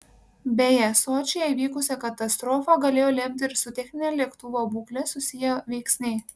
beje sočyje įvykusią katastrofą galėjo lemti ir su technine lėktuvo būkle susiję veiksniai